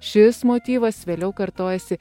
šis motyvas vėliau kartojasi